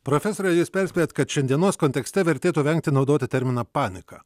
profesore jūs perspėjat kad šiandienos kontekste vertėtų vengti naudoti terminą panika